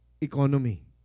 economy